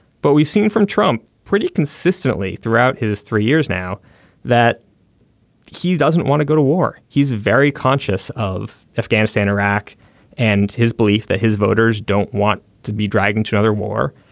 but we've seen from trump pretty consistently throughout his three years now that he doesn't want to go to war. he's very conscious of afghanistan iraq and his belief that his voters don't want to be dragged into another war.